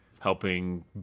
Helping